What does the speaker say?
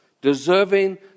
deserving